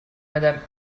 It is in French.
madame